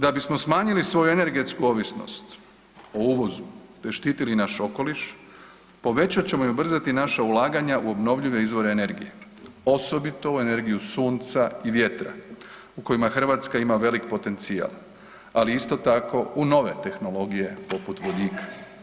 Da bismo smanjili svoju energetsku ovisnost o uvozu te štitili naš okoliš povećat ćemo i ubrzati naša ulaganja u obnovljive izvore energije, osobito u energiju sunca i vjetra u kojima Hrvatska ima veliki potencijal, ali isto tako u nove tehnologije poput vodika.